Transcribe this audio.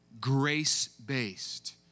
grace-based